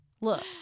Look